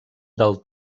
del